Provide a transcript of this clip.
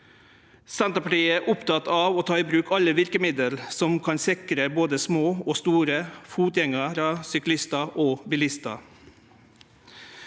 Senterpartiet er oppteke av å ta i bruk alle verkemiddel som kan sikre både små og store, fotgjengarar, syklistar og bilistar.